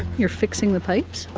you're fixing the pipes?